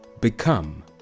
Become